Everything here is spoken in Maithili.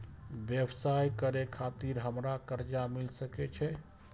व्यवसाय करे खातिर हमरा कर्जा मिल सके छे?